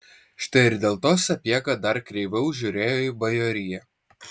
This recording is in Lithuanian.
štai ir dėl to sapiega dar kreiviau žiūrėjo į bajoriją